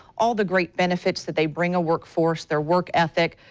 all the great benefits that they bring a work force, their work ethic,